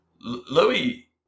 Louis